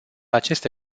aceste